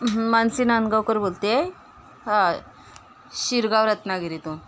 हं मानसी नांदगावकर बोलते आहे हां शिरगाव रत्नागिरीतून